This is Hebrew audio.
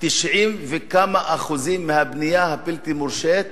90 וכמה אחוזים מהבנייה הבלתי-מורשית